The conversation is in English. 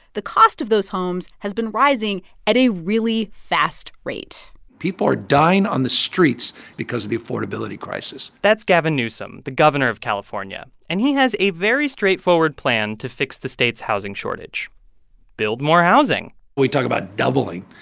the cost of those homes has been rising at a really fast rate people are dying on the streets because of the affordability crisis that's gavin newsom, the governor of california. and he has a very straightforward plan to fix the state's housing shortage build more housing we can talk about doubling.